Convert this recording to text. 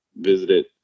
visited